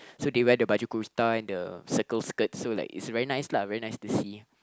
so they wear the baju kurta and the circle skirts so like it's very nice lah very nice to see